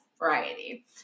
variety